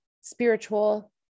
spiritual